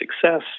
success